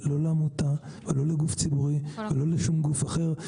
לא לעמותה ולא לגוף ציבורי ולא לשום גוף אחר.